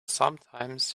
sometimes